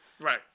Right